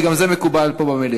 שגם זה מקובל פה במליאה?